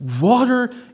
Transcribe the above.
water